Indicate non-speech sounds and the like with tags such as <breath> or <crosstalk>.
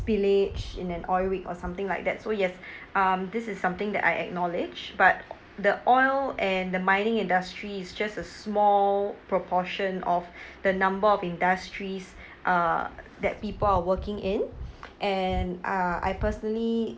spillage in an oil rig or something like that so yes <breath> um this is something that I acknowledge but the oil and the mining industry is just a small proportion of <breath> the number of industries uh that people are working in and uh I personally